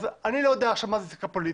אני לא יודע מה זה זיקה פוליטית,